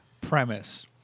premise